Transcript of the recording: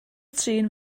trin